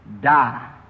die